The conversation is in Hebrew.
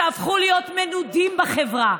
שנהפכו להיות מנודים בחברה,